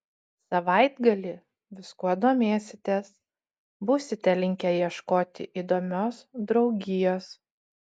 savaitgalį viskuo domėsitės būsite linkę ieškoti įdomios draugijos